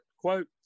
Quote